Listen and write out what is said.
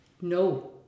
no